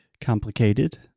complicated